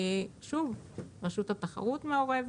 שוב, רשות התחרות מעורבת.